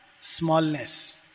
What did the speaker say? smallness